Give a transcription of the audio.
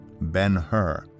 Ben-Hur